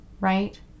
right